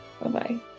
Bye-bye